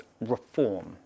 reform